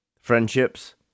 friendships